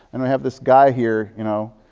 and i have this guy here, you know,